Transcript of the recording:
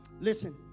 Listen